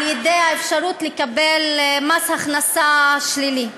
על-ידי האפשרות לקבל מס הכנסה שלילי.